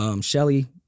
Shelly